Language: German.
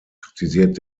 kritisiert